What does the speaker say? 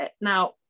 now